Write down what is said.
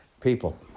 people